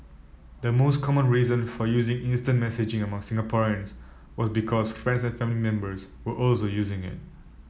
the most common reason for using instant messaging among Singaporeans was because friends and family members were also using it